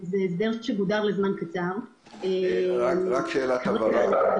זה הסדר שגודר לזמן קצר --- רק שאלת הבהרה.